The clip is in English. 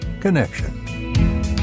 Connection